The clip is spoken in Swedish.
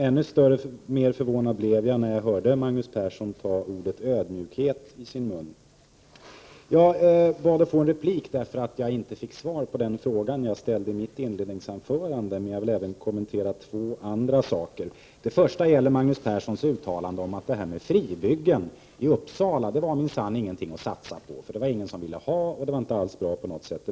Ännu mer förvånad blev jag när jag hörde Magnus Persson ta ordet ödmjukhet i sin mun. Jag bad om replik därför att jag inte fick svar på den fråga jag ställde i mitt inledningsanförande, men jag vill även kommentera två andra saker. Det första gäller Magnus Perssons uttalande om fribyggena i Uppsala, som minsann inte var någonting att satsa på — det var ingen som ville ha dem och de var inte bra på något sätt.